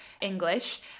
English